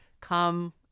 come